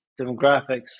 demographics